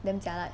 damn jialat